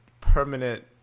permanent